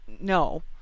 no